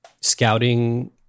scouting